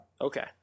Okay